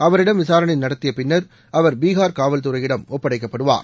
அவரிடம் விசாரணை நடத்தியப் பின்னர்அவர் பீகார் காவல்துறையிடம் ஒப்படைக்கப்படுவார்